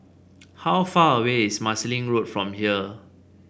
how far away is Marsiling Road from here